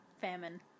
famine